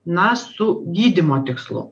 na su gydymo tikslu